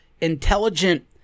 intelligent